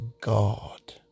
God